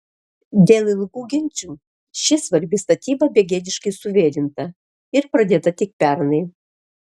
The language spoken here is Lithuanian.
dėl ilgų ginčų ši svarbi statyba begėdiškai suvėlinta ir pradėta tik pernai